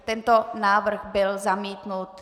Tento návrh byl zamítnut.